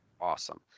awesome